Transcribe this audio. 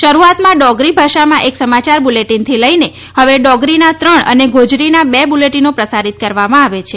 શરૂઆતમાં ડોગરી ભાષામાં એક સમાચાર બુલેટીનથી લઈને હવે ડોગરીના ત્રણ અને ગોઝરીના બે બુલેટીનો પ્રસારીત કરવામાં આવે છે